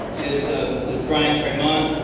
is ah is bryan tramont.